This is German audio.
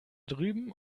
drüben